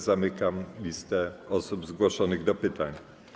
Zamykam listę osób zgłoszonych do pytań.